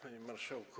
Panie Marszałku!